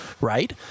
right